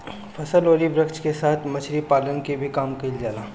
फसल अउरी वृक्ष के साथ मछरी पालन के भी काम कईल जाला